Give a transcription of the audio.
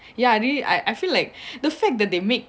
ya really I I feel like the fact that they make